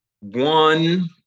one